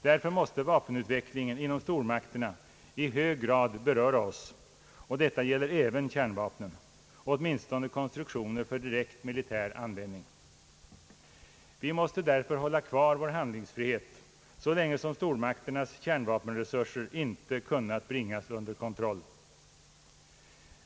Därför måste vapenutvecklingen inom stormakterna i hög grad beröra oss, och detta gäller även kärnvapen — åtminstone konstruktioner för direkt militär användning, Vi måste därför hålla kvar vår handlingsfrihet så länge som stormakternas kärnvapenresurser inte kunnat bringas under kontroll.